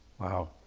Wow